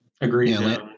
Agreed